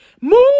move